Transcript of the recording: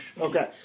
Okay